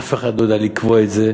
אף אחד לא יודע לקבוע את זה,